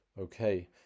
Okay